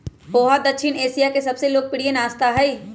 पोहा दक्षिण एशिया के सबसे लोकप्रिय नाश्ता हई